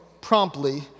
promptly